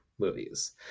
movies